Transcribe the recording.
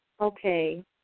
Okay